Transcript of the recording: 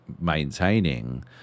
maintaining